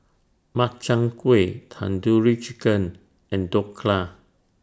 Makchang Gui Tandoori Chicken and Dhokla